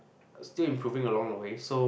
still improving along the way so